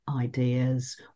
ideas